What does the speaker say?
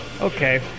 Okay